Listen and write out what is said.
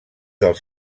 dels